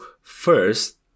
first